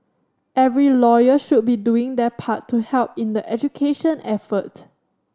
every lawyer should be doing their part to help in the education effort